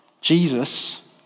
Jesus